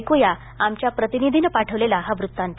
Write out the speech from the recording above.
ऐकूया आमच्या प्रतिनिधीने पाठविलेला हा वृत्तांत